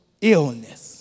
illness